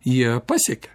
jie pasiekė